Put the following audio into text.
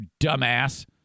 dumbass